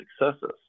successes